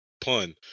pun